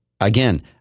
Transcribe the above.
Again